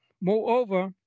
Moreover